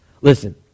listen